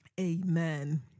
Amen